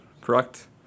correct